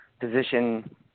position